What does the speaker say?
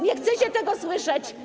Nie chcecie tego słyszeć.